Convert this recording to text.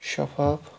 شَفاف